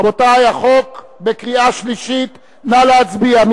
רבותי, החוק בקריאה שלישית, נא להצביע.